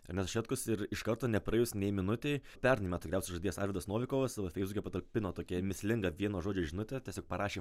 ernestas šetkus ir iš karto nepraėjus nė minutei pernai metų geriausias žaidėjas arvydas novikovas savo feisbuke patalpino tokią mįslingą vieno žodžio žinutę tiesiog parašė